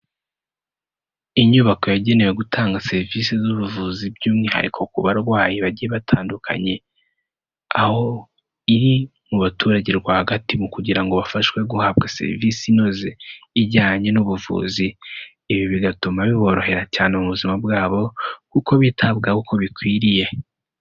Inyubako yagenewe gutanga serivisi z'ubuvuzi by'umwihariko ku barwayi bagiye batandukanye, aho iri mu baturage rwagati mu kugira ngo bafashwe guhabwa serivisi inoze, ijyanye n'ubuvuzi. Ibi bigatuma biborohera cyane mu buzima bwabo kuko bitabwaho uko bikwiriye.